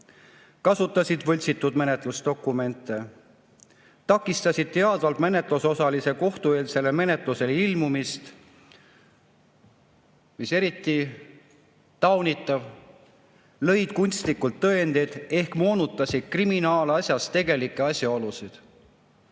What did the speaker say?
kasutasid võltsitud menetlusdokumente, takistasid teadvalt menetlusosalise kohtueelsele menetlusele ilmumist, mis on eriti taunitav, lõid kunstlikult tõendeid ehk moonutasid kriminaalasjas tegelikke asjaolusid.